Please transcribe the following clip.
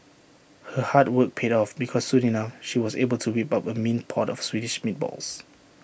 her hard work paid off because soon enough she was able to whip up A mean pot of Swedish meatballs